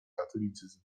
katolicyzm